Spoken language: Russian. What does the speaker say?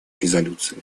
резолюции